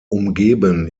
umgeben